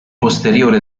posteriore